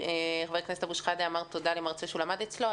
חבר הכנסת אבו שחאדה אמר תודה למרצה שהוא למד אצלו.